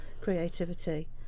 creativity